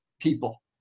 people